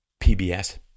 PBS